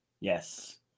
Yes